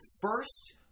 first